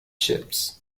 ships